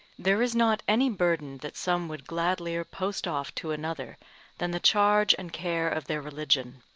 there is not any burden that some would gladlier post off to another than the charge and care of their religion.